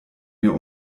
mir